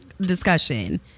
discussion